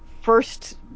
first